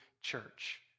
church